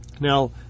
Now